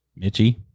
Mitchie